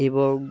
এবং